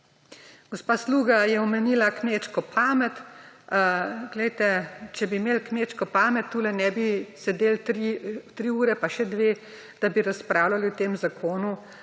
Gospa Sluga je omenila kmečko pamet. Glejte, če bi imeli kmečko pamet, tule ne bi sedeli tri ure in še dve, da bi razpravljali o tem zakonu.